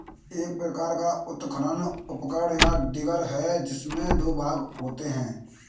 एक प्रकार का उत्खनन उपकरण, या डिगर है, जिसमें दो भाग होते है